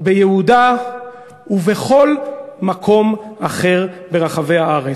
ביהודה ובכל מקום אחר ברחבי הארץ.